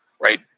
right